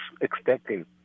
expecting